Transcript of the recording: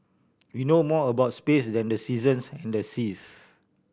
we know more about space than the seasons and the seas